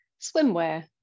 swimwear